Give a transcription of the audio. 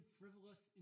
frivolous